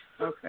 Okay